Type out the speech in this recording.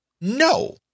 No